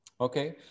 Okay